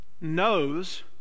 knows